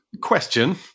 Question